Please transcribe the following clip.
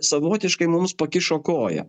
savotiškai mums pakišo koją